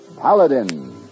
Paladin